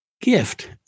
gift